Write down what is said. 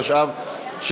התשע"ו 2016,